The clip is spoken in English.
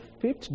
fifth